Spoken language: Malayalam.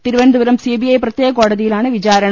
തിരുവന ന്തപുരം സിബിഐ പ്രത്യേക കോടതിയിലാണ് വിചാരണ